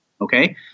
okay